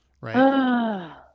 right